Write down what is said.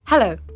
Hello